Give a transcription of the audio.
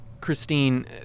Christine